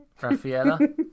Raffaella